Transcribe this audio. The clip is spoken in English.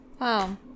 Wow